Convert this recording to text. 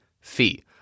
fee